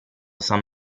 san